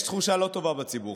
יש תחושה לא טובה בציבור,